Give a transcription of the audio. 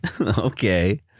Okay